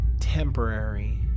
temporary